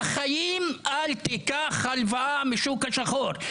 בחיים אל תיקחו הלוואות וכספים מהשוק השחור,